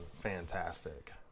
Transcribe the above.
fantastic